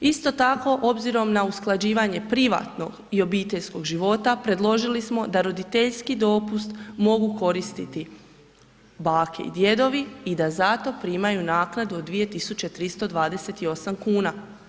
Isto tako, obzirom na usklađivanje privatnog i obiteljskog života, predložili smo da roditeljski dopust mogu koristiti bake i djedovi i da za to primaju naknadu od 2328 kuna.